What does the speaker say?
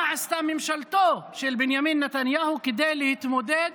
מה עשתה ממשלתו של בנימין נתניהו כדי להתמודד